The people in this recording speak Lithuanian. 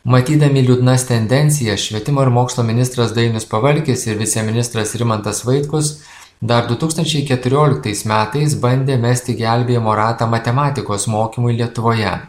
matydami liūdnas tendencijas švietimo ir mokslo ministras dainius pavalkis ir viceministras rimantas vaitkus dar du tūkstančiai keturioliktais metais bandė mesti gelbėjimo ratą matematikos mokymui lietuvoje